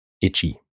itchy